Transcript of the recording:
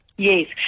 Yes